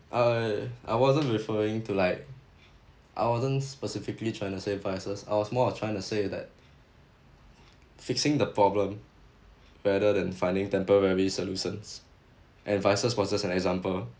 I I wasn't referring to like I wasn't specifically trying to say vices I was more of trying to say that fixing the problem rather than finding temporary solutions and vices was just an example